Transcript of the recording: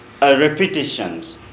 repetitions